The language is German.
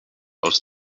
aus